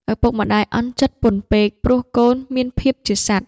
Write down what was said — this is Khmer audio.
ឪពុកម្ដាយអន់ចិត្ដពន់ពេក ព្រោះកូនមានភាពជាសត្វ ។